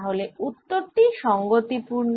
তাহলে উত্তর টি সংগতিপূর্ণ